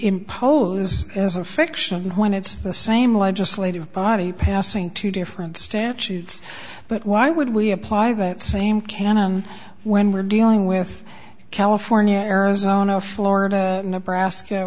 impose as a fiction when it's the same legislative body passing two different statutes but why would we apply that same cannon when we're dealing with california arizona florida nebraska